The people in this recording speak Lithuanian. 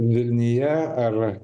vilnyje ar